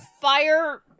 fire